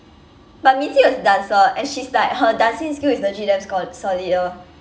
but minzy was the dancer and she's like her dancing skill is legit damn so~ solid orh